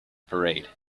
parade